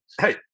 hey